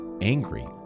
angry